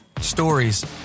Stories